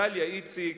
דליה איציק,